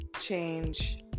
change